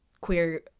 queer